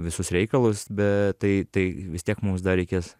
visus reikalus bet tai tai vis tiek mums dar reikės